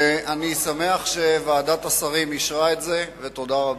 אני שמח שוועדת השרים אישרה את זה, ותודה רבה.